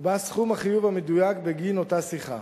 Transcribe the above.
ובה סכום החיוב המדויק בגין אותה שיחה?